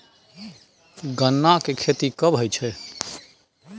गन्ना की खेती कब होय छै?